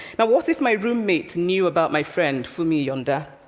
now, what if my roommate knew about my friend funmi iyanda,